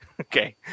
Okay